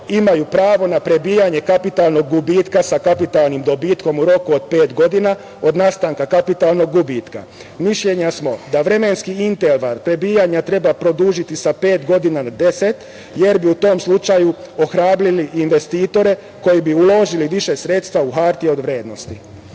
imaju pravo na prebijanje kapitalnog gubitka sa kapitalnim dobitkom u roku od pet godina od nastanka kapitalnog gubitka. Mišljenja smo da vremenski interval prebijanja treba produžiti sa pet godina na deset, jer bi u tom slučaju ohrabrili investitore koji bi uložili više sredstva u hartije od vrednosti. Poštovani